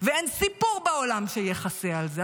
ואין סיפור בעולם שיכסה על זה.